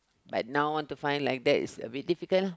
but now want to find like that is a bit difficult